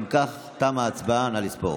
אם כך, תמה ההצבעה, נא לספור.